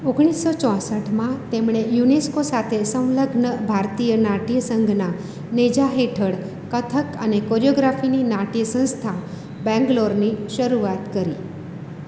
ઓગણીસ સો ચોસઠમાં તેમણે યુનેસ્કો સાથે સંલગ્ન ભારતીય નાટ્ય સંઘના નેજા હેઠળ કથક અને કોરિયોગ્રાફીની નાટ્ય સંસ્થા બેંગલોરની શરૂઆત કરી